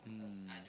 mm